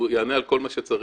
הוא יענה על כל מה שצריך,